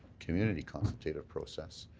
community consultative process,